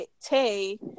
Tay